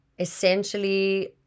Essentially